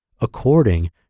according